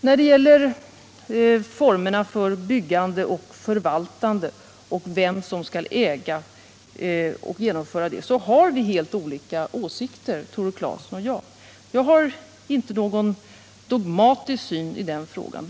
När det gäller formerna för byggande och förvaltande, vem som skall äga osv. har Tore Claeson och jag helt olika åsikter. Jag har inte någon dogmatisk syn i den frågan.